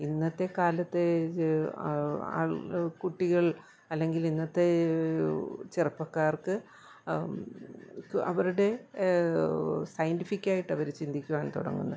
ഇന്നത്തെ കാലത്തെ ആൾ കുട്ടികൾ അല്ലെങ്കിൽ ഇന്നത്തെ ചെറുപ്പക്കാർക്ക് അവരുടെ സയൻറ്റിഫിക്കായിട്ടവർ ചിന്തിക്കുവാൻ തുടങ്ങുന്നു